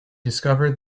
discovered